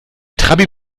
trabi